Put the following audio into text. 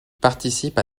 participent